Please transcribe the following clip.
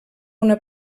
una